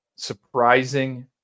Surprising